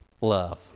love